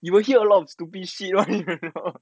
you will hear a lot of stupid shit [one]